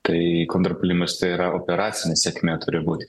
kai kontrpuolimas tai yra operacinė sėkmė turi būt